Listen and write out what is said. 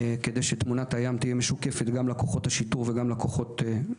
כדי שתמונת הים תהיה משוקפת גם לכוחות השיטור וגם לצבא.